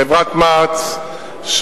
חברת מע"צ,